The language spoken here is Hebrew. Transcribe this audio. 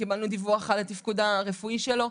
קיבלנו דיווח על התפקוד הרפואי שלו,